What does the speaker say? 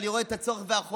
ואני רואה את הצורך והחובה.